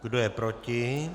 Kdo je proti?